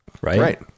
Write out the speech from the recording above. Right